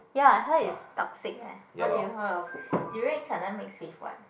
ya I heard it's toxic leh what did you heard of durian cannot mix with what